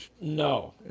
No